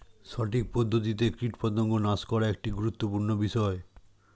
সঠিক পদ্ধতিতে কীটপতঙ্গ নাশ করা একটি গুরুত্বপূর্ণ বিষয়